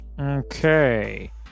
Okay